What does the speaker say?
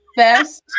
best